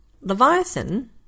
Leviathan